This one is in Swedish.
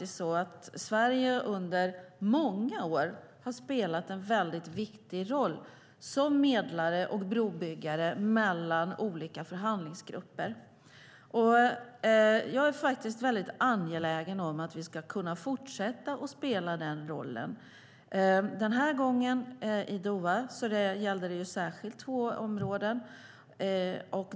Sverige har under många år spelat en viktig roll som medlare och brobyggare mellan olika förhandlingsgrupper. Jag är angelägen om att vi ska kunna fortsätta att spela den rollen. Den här gången, i Doha, gällde det särskilt två områden.